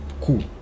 cool